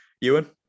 Ewan